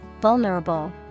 vulnerable